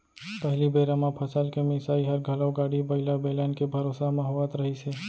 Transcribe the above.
पहिली बेरा म फसल के मिंसाई हर घलौ गाड़ी बइला, बेलन के भरोसा म होवत रहिस हे